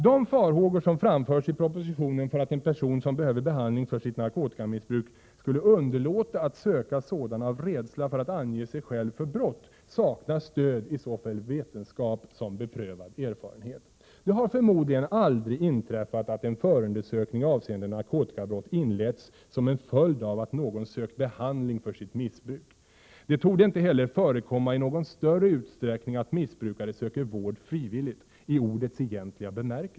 De farhågor som framförs i propositionen för att en person som behöver behandling för sitt narkotikamissbruk skulle underlåta att söka sådan av rädsla för att därigenom ange sig själv för brott saknar stöd i såväl vetenskap som beprövad erfarenhet. Det har förmodligen aldrig inträffat att en förundersökning avseende narkotikabrott inletts som en följd av att någon sökt behandling för sitt missbruk. Det torde inte heller förekomma i någon större utsträckning att missbrukare söker vård frivilligt, i ordets egentliga bemärkelse.